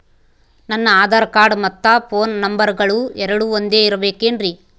ನನ್ನ ಆಧಾರ್ ಕಾರ್ಡ್ ಮತ್ತ ಪೋನ್ ನಂಬರಗಳು ಎರಡು ಒಂದೆ ಇರಬೇಕಿನ್ರಿ?